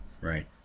Right